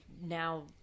now